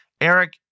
Eric